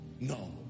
no